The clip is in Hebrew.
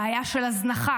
בעיה של הזנחה,